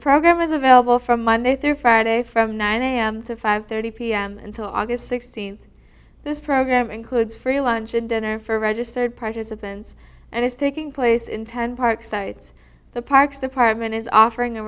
program is available from monday through friday from nine am to five thirty pm until august sixteenth this program includes free lunch and dinner for registered participants and is taking place in ten park sites the parks department is offering